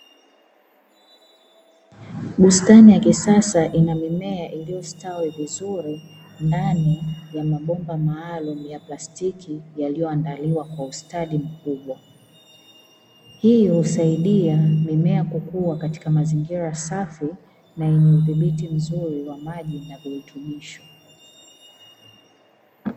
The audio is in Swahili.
Bustani ya kisasa ina mimea iliyostawi vizuri, ndani ya mabomba maalumu ya plastiki yaliyoandaliwa kwa ustadi mkubwa. Hii husaidia mimea kukua katika mazingira safi na yenye udhibiti mzuri wa maji na virutubisho.